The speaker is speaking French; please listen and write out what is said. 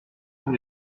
pour